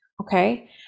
Okay